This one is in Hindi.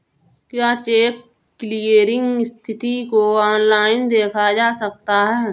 क्या चेक क्लीयरिंग स्थिति को ऑनलाइन देखा जा सकता है?